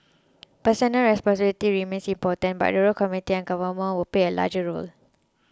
personal responsibility remains important but the community and government will play a larger role